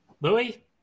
Louis